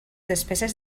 despeses